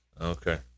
Okay